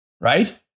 right